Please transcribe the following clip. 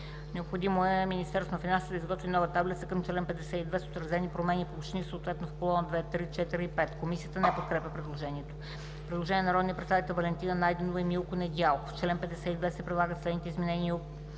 (необходимо е Министерството на финансите да изготви нова таблица към чл. 52 с отразени промени по общини, съответно в к. 2, к. З, к. 4 и к. 5).“ Комисията не подкрепя предложението. Има предложение на народните представители Валентина Найденова и Милко Недялков: „В чл. 52, се предлагат следните изменения и